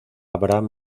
abraham